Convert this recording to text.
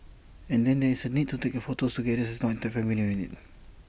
and then there is the need to take photos together as one tight familial unit